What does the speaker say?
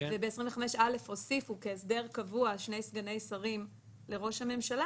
ובסעיף 25(א) הוסיפו כהסדר קבוע שני סגני שרים לראש הממשלה,